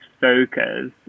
focus